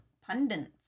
pundits